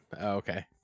okay